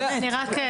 באמת.